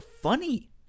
funny